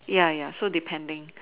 ya ya so depending